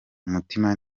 umutima